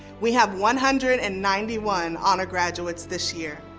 we have one hundred and ninety one honor graduates this year.